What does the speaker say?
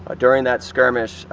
ah during that skirmish,